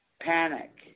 panic